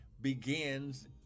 begins